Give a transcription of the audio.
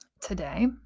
today